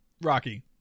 Rocky